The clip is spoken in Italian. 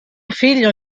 figlio